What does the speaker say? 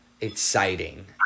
exciting